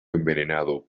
envenenado